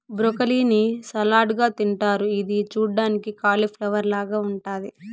broccoli ని salad గా తింటారు ఇది చూడ్డానికి కాలిఫ్లవర్ లాగ ఉంటాది